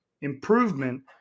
improvement